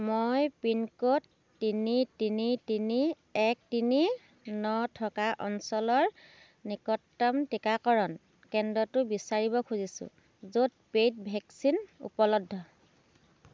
মই pin code তিনি তিনি তিনি এক তিনি ন থকা অঞ্চলৰ নিকটতম টীকাকৰণ কেন্দ্ৰটো বিচাৰিব খুজিছো য'ত পেইড ভেকচিন উপলব্ধ